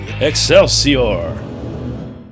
Excelsior